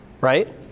right